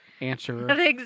answer